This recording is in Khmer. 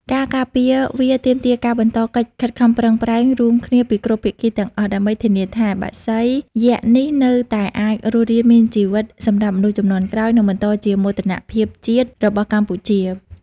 ការការពារវាទាមទារការបន្តកិច្ចខិតខំប្រឹងប្រែងរួមគ្នាពីគ្រប់ភាគីទាំងអស់ ដើម្បីធានាថា បក្សីយក្ស នេះនៅតែអាចរស់រានមានជីវិតសម្រាប់មនុស្សជំនាន់ក្រោយ និងបន្តជាមោទនភាពជាតិរបស់កម្ពុជា។